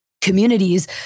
communities